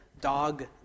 dog